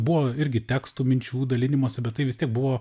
buvo irgi tekstų minčių dalinimosi bet tai vis tiek buvo